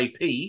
IP